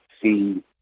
see